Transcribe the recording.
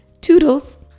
Toodles